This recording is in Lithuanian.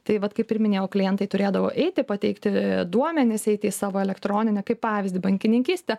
tai vat kaip ir minėjau klientai turėdavo eiti pateikti duomenis eiti į savo elektroninę kaip pavyzdį bankininkystę